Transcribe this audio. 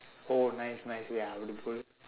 oh nice nice ya wonderful